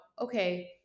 okay